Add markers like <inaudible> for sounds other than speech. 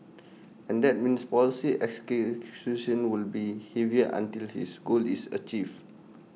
and that means policy <unintelligible> will be heavier until his goal is achieved